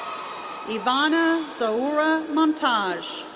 evanna zohura momtaj.